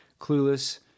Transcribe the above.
Clueless